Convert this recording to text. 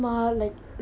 mmhmm